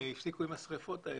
והפסיקו עם השריפות האלה.